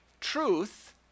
truth